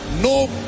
no